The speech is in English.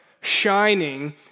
shining